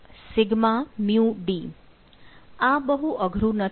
આ બહુ અઘરું નથી